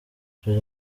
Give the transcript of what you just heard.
jolie